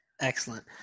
Excellent